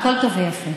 הכול טוב ויפה.